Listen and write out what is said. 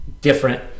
different